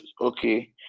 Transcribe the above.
okay